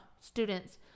students